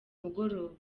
mugoroba